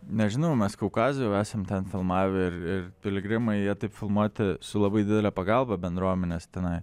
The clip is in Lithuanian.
nežinau mes kaukazą jau esam ten filmavę ir ir piligrimai jie taip filmuoti su labai didele pagalba bendruomenės tenai